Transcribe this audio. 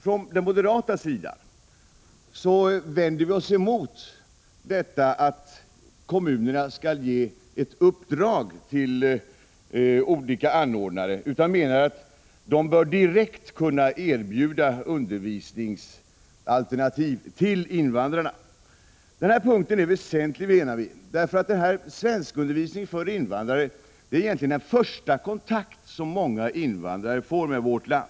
Från den moderata sidan vänder vi oss emot att kommunerna skall ge ett uppdrag till olika anordnare. Vi menar att dessa bör kunna erbjuda undervisningsalternativ direkt till invandrarna. Denna punkt är enligt vår åsikt väsentlig, eftersom svenskundervisningen för invandrare i många fall egentligen utgör den första kontakt som invandrare får med vårt land.